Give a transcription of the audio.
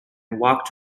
walked